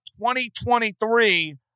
2023